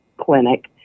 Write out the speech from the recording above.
clinic